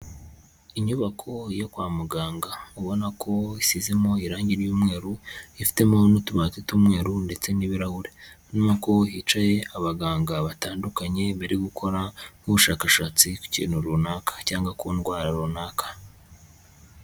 Inyubako yo kwa muganga ubona ko isizemo irangi ry'umweru, ifitemo n'utubati tw'umweru ndetse n'ibirahure. Urabona ko hicaye abaganga batandukanye bari gukora nk'ubushakashatsi ku kintu runaka cyangwa ku ndwara runaka.